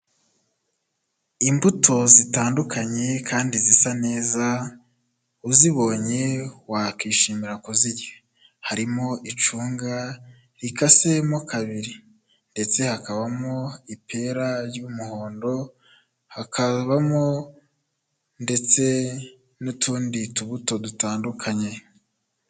Imbuto zitandukanye kandi zisa neza, uzibonye wakwishimira kuzirya, harimo icunga rikasemo kabiri ndetse hakabamo ipera ry'umuhondo hakabamo ndetse n'utundi tubuto dutandukanye.